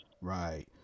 right